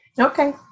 Okay